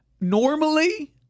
normally